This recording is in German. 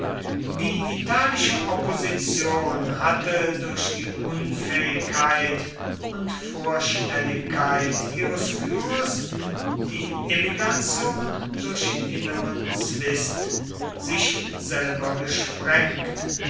die italische opposition hatte durch die unfähigkeit und vorschnelligkeit ihres führers die emigration durch inneren zwist sich selber gesprengt